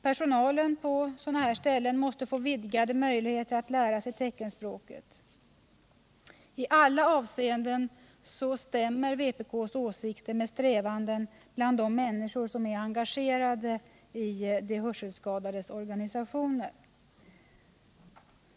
Personalen på sådana ställen måste få vidgade möjligheter att lära sig teckenspråket. I alla avseenden stämmer vpk:s åsikter med strävanden bland de människor som är engagerade i de hörselskadades organisationer.